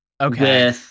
Okay